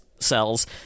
cells